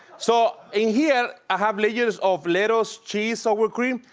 so, in here, i have layers of lettuce, cheese, sour cream.